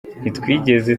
ntitwigeze